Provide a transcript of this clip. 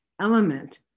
element